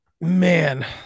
Man